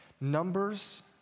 Numbers